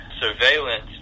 surveillance